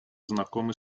знакомы